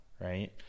Right